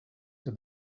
said